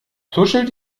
tuschelt